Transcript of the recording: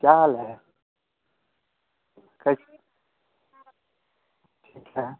क्या हाल है कैसे ठीक है